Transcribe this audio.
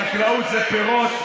חקלאות זה פירות,